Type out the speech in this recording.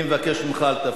אני מבקש ממך, אל תפריע.